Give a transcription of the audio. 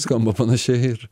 skamba panašiai ir